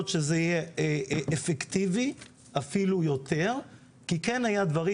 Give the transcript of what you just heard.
שזה יהיה אפקטיבי אפילו יותר כי כן היה דברים.